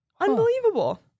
Unbelievable